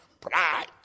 Pride